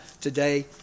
today